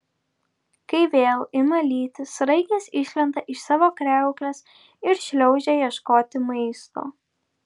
kai vėl ima lyti sraigės išlenda iš savo kriauklės ir šliaužia ieškoti maisto